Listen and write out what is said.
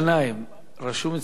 רשום אצלי אריה אלדד,